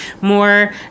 more